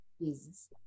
Jesus